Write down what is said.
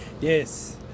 Yes